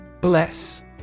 Bless